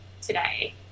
today